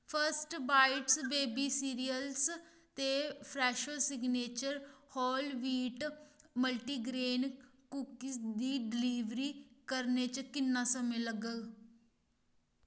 first bites baby cereals ते Fresho signature whole wheat multigrain cookies दी delivery करने च किन्ना समें लग्गग